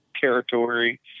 Territory